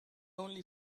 only